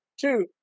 Two